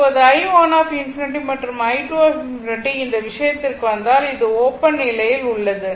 இப்போது i1∞ மற்றும் i3∞ இந்த விஷயத்திற்கு வந்தால் இது ஓப்பன் நிலையில் உள்ளது